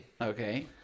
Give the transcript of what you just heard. Okay